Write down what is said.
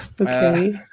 Okay